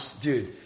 Dude